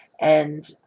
And-